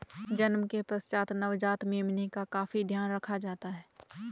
जन्म के पश्चात नवजात मेमने का काफी ध्यान रखा जाता है